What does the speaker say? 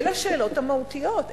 אלה השאלות המהותיות,